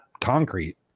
concrete